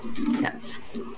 Yes